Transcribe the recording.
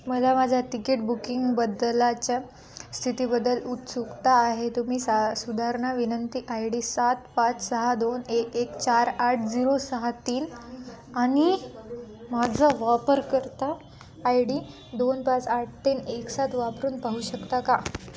मला माझा ticket booking बदलाच्या स्थितीबदल उत्सुकता आहे तुम्ही सा सुधारणा विनंती आय डी सात पाच सहा दोन एक एक चार आठ झिरो सहा तीन आणि माझा वापरकर्ता आय डी दोन पाच आठ तीन एक सात वापरून पाहू शकता का